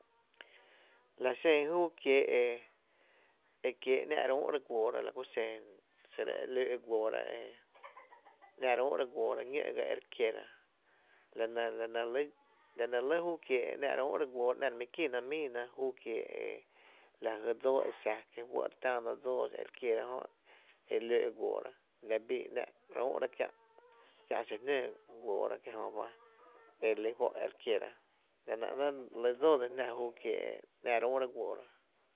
La ku xen ma re tíí’na o ma re wÿ’ kapii’ köö xiguoora o ta jiáá’ kié’ ta jiáá’ kié’ kiééra e re tíí’na o ta jmí’ kié’ lɇ kö e ti kána, xiro e a jiá’ bii dse lí fó’ ta lyn re üü’ra dxó kiä’ alcohol o xa jmyy kiee’ agua oxigenada ejö ‘néé’ e re üü’ra e la joo’ re ‘mií la jo’ e kö je mare tíí’na köö je jia’ bee’ e nɇ néé’ köö e dse dsáana jná juu kiee’ ejö.